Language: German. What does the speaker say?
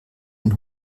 den